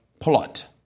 plot